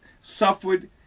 suffered